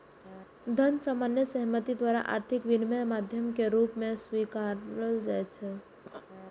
धन सामान्य सहमति द्वारा आर्थिक विनिमयक माध्यम के रूप मे स्वीकारल जाइ छै